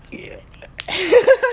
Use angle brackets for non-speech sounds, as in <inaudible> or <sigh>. <laughs>